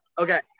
Okay